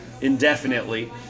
indefinitely